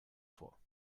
vor